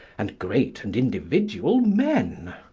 and great and individual men.